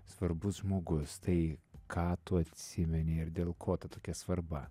svarbus žmogus tai ką tu atsimeni ir dėl ko ta tokia svarba